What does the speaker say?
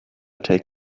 take